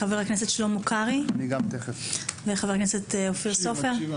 חבר הכנסת שלמה קרעי וחבר הכנסת אופיר סופר.